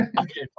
Okay